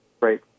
right